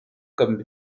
comme